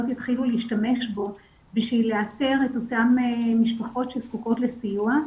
יתחילו להשתמש בו כדי לאתר את אותן משפחות שזקוקות לסיוע,